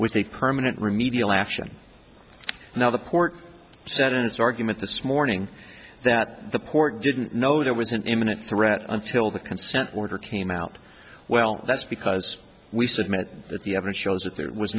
with a permanent remedial action now the port said in its argument this morning that the port didn't know there was an imminent threat until the consent order came out well that's because we submit that the evidence shows that there was